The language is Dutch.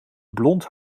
blond